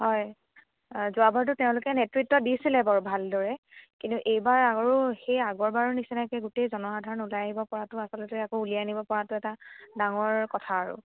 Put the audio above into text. হয় যোৱাবাৰতো তেওঁলোকে নেতৃত্ব দিছিলে বাৰু ভাল দৰে কিন্তু এইবাৰ আৰু সেই আগৰবাৰৰ নিচিনাকৈ গোটেই জনসাধাৰণ ওলাই আহিব পৰাতো আচলতে আকৌ উলিয়াই আনিব পৰাতো এটা ডাঙৰ কথা আৰু